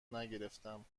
نگرفتم